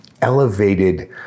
elevated